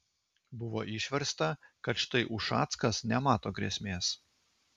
buvo išversta kad štai ušackas nemato grėsmės